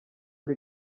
ari